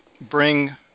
bring